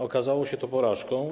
Okazało się to porażką.